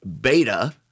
beta